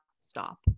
stop